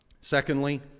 Secondly